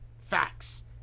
Facts